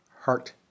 heart